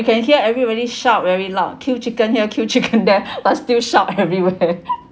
you can hear everybody shout very loud queue chicken here queue chicken there but still shout everywhere